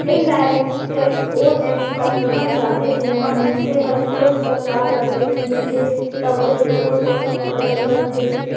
indirect tax ओ tax ल कहल जाथे जेम्हां मइनसे हर सोझ सरकार ल टेक्स नी दे तबो ले ओ टेक्स कटत रहथे